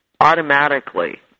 automatically